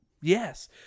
yes